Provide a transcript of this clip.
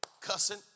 cussing